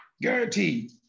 Guaranteed